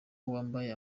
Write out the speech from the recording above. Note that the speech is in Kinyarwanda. wambaye